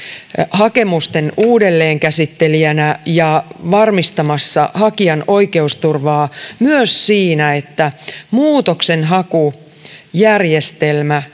hakemusten uudelleenkäsittelijänä ja varmistamassa hakijan oikeusturvaa myös siinä että muutoksenhakujärjestelmä